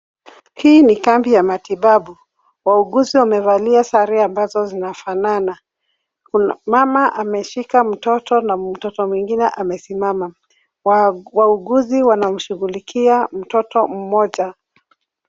Hii ni kambi ya matibabu wauguzi wamevalia sare ambazo zinafanana mama ameshika mtoto na mtoto mwingine amesimama. Wauguzi wanamshughulikia mtoto mmoja.